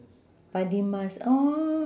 padi emas oh